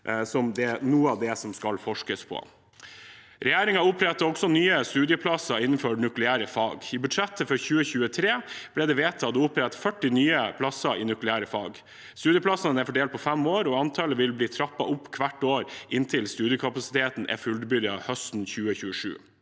som noe av det som skal forskes på. Regjeringen oppretter også nye studieplasser innenfor nukleære fag. I budsjettet for 2023 ble det ved tatt å opprette 40 nye plasser i nukleære fag. Studieplassene er fordelt på fem år, og antallet vil bli trappet opp hvert år inntil studiekapasiteten er fullt utbygd høsten 2027.